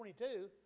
22